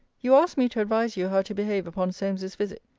you ask me to advise you how to behave upon solmes's visit.